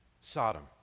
Sodom